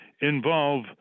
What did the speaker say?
involve